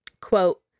quote